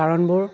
কাৰণবোৰ